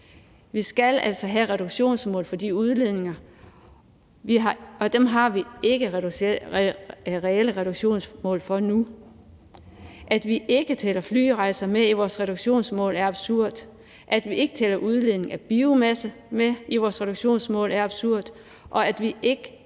Vi skal altså have reduktionsmål for de udledninger, og dem har vi ikke reelle reduktionsmål for nu. At vi ikke tæller flyrejser med i vores reduktionsmål, er absurd, at vi ikke tæller udledning af biomasse med i vores reduktionsmål, er absurd, og at vi ikke